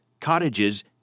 cottages